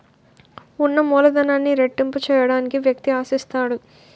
ఉన్న మూలధనాన్ని రెట్టింపు చేయడానికి వ్యక్తి ఆశిస్తాడు